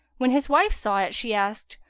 when his wife saw it she asked,